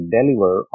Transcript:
deliver